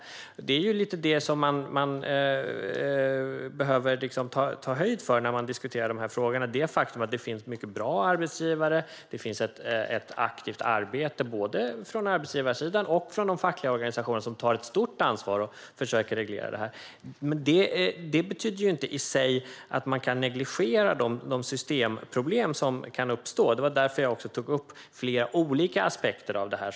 Det är de absolut inte. När man diskuterar de här frågorna behöver man ta lite höjd för att det finns många bra arbetsgivare. Och det finns ett aktivt arbete, både från arbetsgivarsidan och från de fackliga organisationerna. De tar ett stort ansvar och försöker reglera det här. Det betyder dock inte att man kan negligera de systemproblem som kan uppstå. Det var också därför jag tog upp flera olika aspekter av det här.